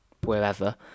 wherever